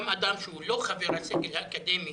גם אדם שהוא לא חבר הסגל האקדמי